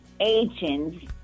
agents